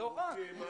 רופאים,